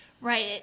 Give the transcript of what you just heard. Right